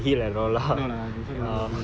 and then I was like sorry then